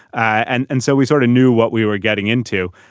and and so we sort of knew what we were getting into.